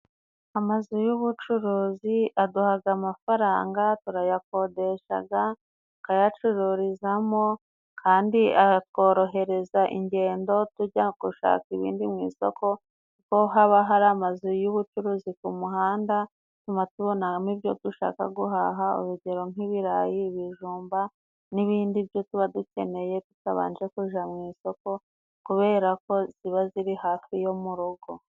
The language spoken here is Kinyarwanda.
Amazu y'ubucuruzi aduhaga amafaranga. turayakodeshaga Tukayacururizamo, kandi aratworohereza ingendo tujya gushaka ibindi mu isoko, ho haba hari amazu y'ubucuruzi ku muhanda atuma tubonamo ibyo dushaka guhaha. Urugero nk'ibirayi, ibijumba n'ibindi byo tuba dukeneye tutabanje kuja mu isoko, kubera ko ziba ziri hafi yo mu rugo.